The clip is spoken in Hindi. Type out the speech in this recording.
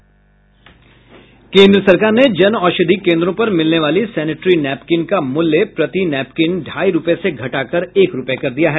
केंद्र सरकार ने जनऔषधि केंद्रों पर मिलने वाली सेनीटरी नैपकिन का मूल्य प्रति नैपकिन ढाई रुपये से घटाकर एक रुपये कर दिया है